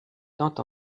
tant